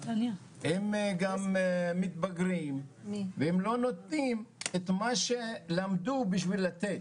הם גם מתבגרים והם לא נותנים את מה שלמדו בשביל לתת.